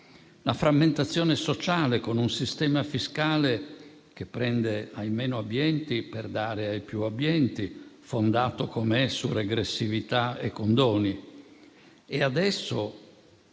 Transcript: la frammentazione sociale, con un sistema fiscale che prende ai meno abbienti per dare ai più abbienti, fondato com'è su regressività e condoni;